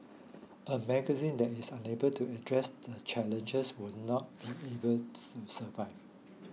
a magazine that is unable to address the challenges will not be able to survive